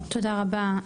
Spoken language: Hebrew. תודה רבה,